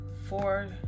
four